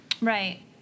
Right